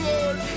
Lord